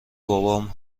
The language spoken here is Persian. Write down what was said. بابام